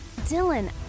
Dylan